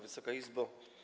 Wysoka Izbo!